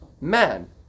man